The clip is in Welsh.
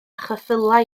cheffylau